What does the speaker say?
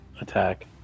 attack